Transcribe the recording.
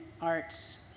arts